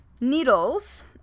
needles